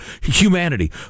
humanity